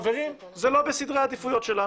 חברים זה לא בסדרי העדיפויות שלנו,